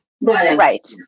Right